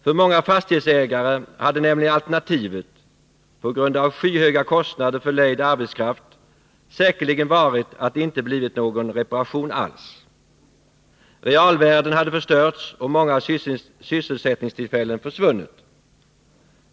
För många fastighetsägare hade nämligen alternativet, på grund av skyhöga kostnader för lejd arbetskraft, säkerligen varit att det inte blivit någon reparation alls. Realvärden hade förstörts och många sysselsättningstillfällen försvunnit.